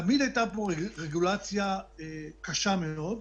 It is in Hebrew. תמיד הייתה פה רגולציה קשה מאוד,